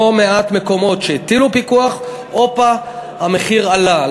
לא מעט מקומות שהטילו פיקוח, הופה, המחיר עלה.